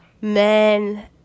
men